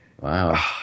Wow